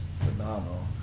phenomenal